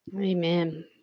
Amen